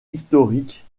historique